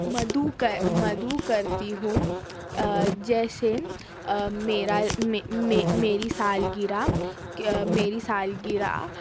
مدعو کے مدعو کرتی ہوں جیسے میرا میں مے میری سالگرہ میری سالگرہ